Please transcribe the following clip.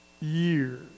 years